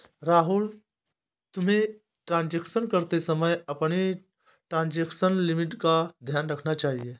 राहुल, तुम्हें ट्रांजेक्शन करते समय अपनी ट्रांजेक्शन लिमिट का ध्यान रखना चाहिए